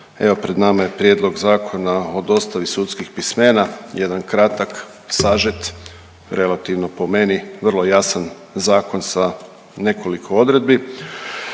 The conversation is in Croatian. Evo, pred nama je Prijedlog Zakona o dostavi sudskih pismena, jedan kratak, sažet, relativno, po meni, vrlo jasan zakon sa nekoliko odredbi,